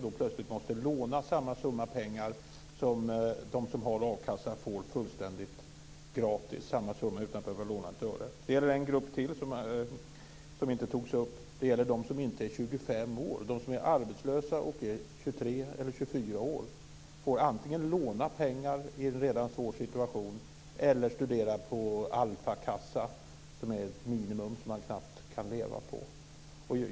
De måste låna samma summa pengar som de som har a-kassa får utan att behöva låna ett öre. Det gäller också dem som inte är 25 år, dvs. de som är arbetslösa och är 23 eller 24 år. De får antingen låna pengar i en redan svår situation eller studera på Alfakassa, som är ett minimum som man knappt kan leva på.